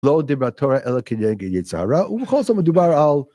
לא דבר תורה אלא כנגד היצר הרע, ובכל זאת מדובר על...